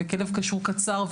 וכלב קשור קצר,